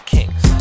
Kings